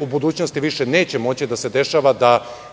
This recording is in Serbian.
u budućnosti više neće moći da se dešava da